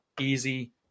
easy